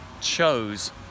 chose